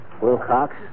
Wilcox